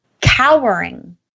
cowering